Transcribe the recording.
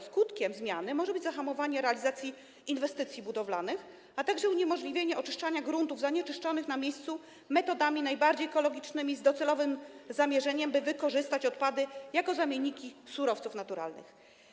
Skutkiem zmiany może być zahamowanie realizacji inwestycji budowlanych, a także uniemożliwienie oczyszczania gruntów zanieczyszczonych na miejscu, metodami najbardziej ekologicznymi, z docelowym zamierzeniem, by wykorzystać odpady jako zamienniki surowców naturalnych.